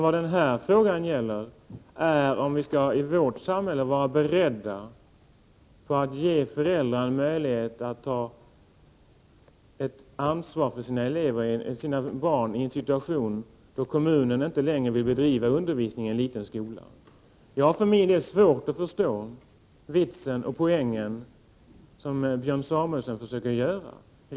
Vad den här frågan gäller är om vi i vårt samhälle skall vara beredda att ge föräldrarna en möjlighet att ta ansvar för sina barn i en situation då kommunen inte längre vill bedriva undervisning i en liten skola. Jag har för min del svårt att förstå den poäng som Björn Samuelson här försöker inhösta.